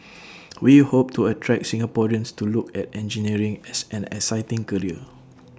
we hope to attract Singaporeans to look at engineering as an exciting career